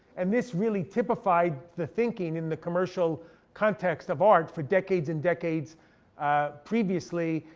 and this really typified the thinking in the commercial context of art for decades and decades previously.